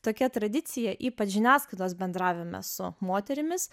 tokia tradicija ypač žiniasklaidos bendravime su moterimis